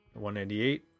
198